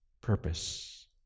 purpose